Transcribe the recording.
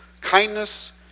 kindness